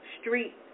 Street